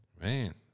Man